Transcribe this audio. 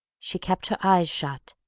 she kept her eyes shut,